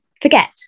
forget